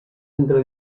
entre